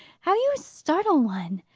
how you startle one!